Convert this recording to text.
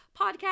podcast